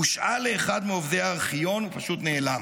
הושאל לאחד מעובדי הארכיון ופשוט נעלם.